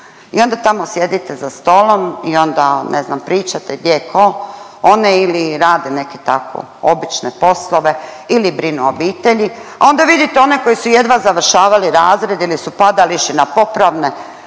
i onda tamo sjedite za stolom i onda ne znam pričate gdje je ko, one ili rade neke tako obične poslove ili brinu o obitelji, a onda vidite one koji su jedva završavali razred ili su padali, išli na popravne,